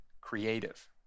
creative